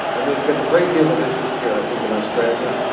and there has been a great deal of interest here i think in australia.